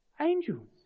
Angels